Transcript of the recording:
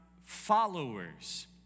followers